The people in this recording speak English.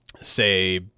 say